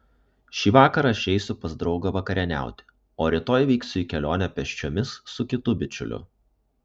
šį vakarą aš eisiu pas draugą vakarieniauti o rytoj vyksiu į kelionę pėsčiomis su kitu bičiuliu